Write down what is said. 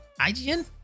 IGN